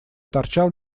торчал